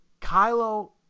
kylo